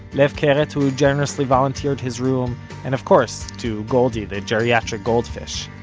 lev keret who generously volunteered his room and of course to goldie the geriatric goldfish.